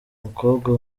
mukobwa